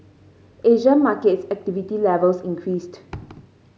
Asian markets activity levels increased